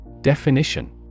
Definition